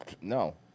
No